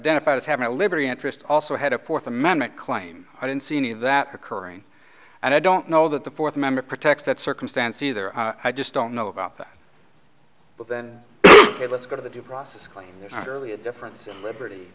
dead if i was having a liberty interest also had a fourth amendment claim i didn't see any of that occurring and i don't know that the fourth amendment protects that circumstance either i just don't know about that well then let's go to the due process claim surely a difference liberty